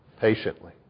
patiently